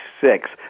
six